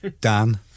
Dan